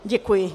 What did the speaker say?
Děkuji.